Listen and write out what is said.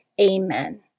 Amen